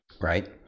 right